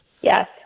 Yes